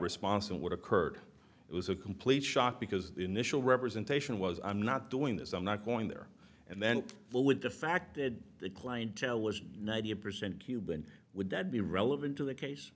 response and what occurred it was a complete shock because the initial representation was i'm not doing this i'm not going there and then well with the fact that the clientele was ninety percent cuban would that be relevant to the case